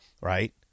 right